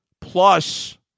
Plus